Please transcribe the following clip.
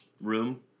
room